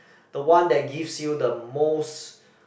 the one that gives you the most